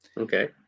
Okay